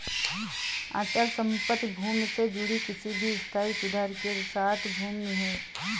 अचल संपत्ति भूमि से जुड़ी किसी भी स्थायी सुधार के साथ भूमि है